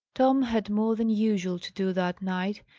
tom had more than usual to do that night,